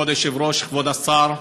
כבוד היושב-ראש, כבוד השר,